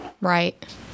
Right